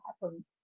happen